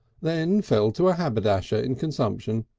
then fell to a haberdasher in consumption,